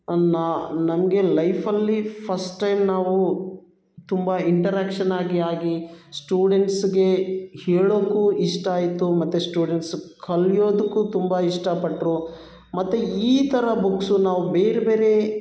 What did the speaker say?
ಅನ್ನು ನನಗೆ ಲೈಫಲ್ಲಿ ಫಸ್ಟ್ ಟೈಮ್ ನಾವು ತುಂಬ ಇಂಟರ್ಯಾಕ್ಷನಾಗಿ ಆಗಿ ಸ್ಟೂಡೆಂಟ್ಸ್ಗೆ ಹೇಳೋಕ್ಕೂ ಇಷ್ಟ ಆಯಿತು ಮತ್ತು ಸ್ಟೂಡೆಂಟ್ಸ್ ಕಲ್ಯೋದಕ್ಕೂ ತುಂಬ ಇಷ್ಟಪಟ್ಟರು ಮತ್ತು ಈ ಥರ ಬುಕ್ಸು ನಾವು ಬೇರೆ ಬೇರೆ